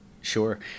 Sure